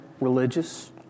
religious